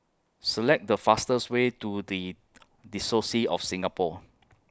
Select The fastest Way to The Diocese of Singapore